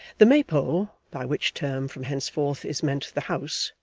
the maypole by which term from henceforth is meant the house,